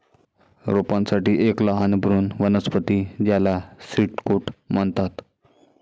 रोपांसाठी एक लहान भ्रूण वनस्पती ज्याला सीड कोट म्हणतात